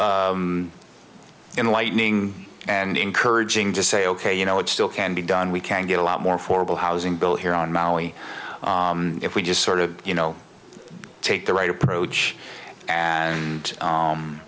in lightning and encouraging to say ok you know it still can be done we can get a lot more formal housing bill here on maui if we just sort of you know take the right approach and